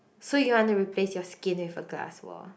so you want to replace your skin with a glass wall